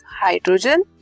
hydrogen